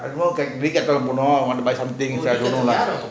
decathalon போனும்:ponum want to buy something I don't know lah